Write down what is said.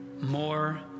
more